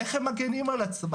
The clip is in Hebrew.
איך הם מגינים על עצמם?